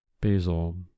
basil